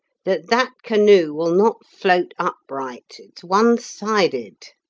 that that canoe will not float upright. it's one-sided.